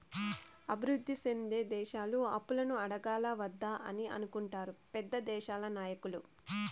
అభివృద్ధి సెందే దేశాలు అప్పులను అడగాలా వద్దా అని అనుకుంటారు పెద్ద దేశాల నాయకులు